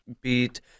beat